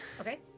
Okay